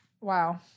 Wow